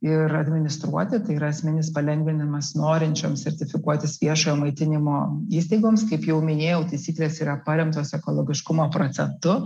ir administruoti tai yra esminis palengvinimas norinčiom sertifikuotis viešojo maitinimo įstaigoms kaip jau minėjau taisyklės yra paremtos ekologiškumo procentu